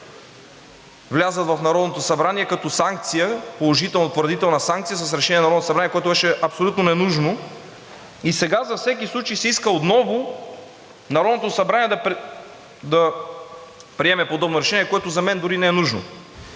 влязат в Народното събрание като санкция, положителна, утвърдителна санкция с решение на Народното събрание, което беше абсолютно ненужно, и сега за всеки случай се иска отново Народното събрание да приеме подобно решение, което за мен дори не е нужно.